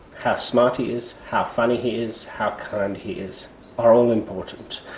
how smart he is, how funny he is, how kind he is are all important.